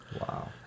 Wow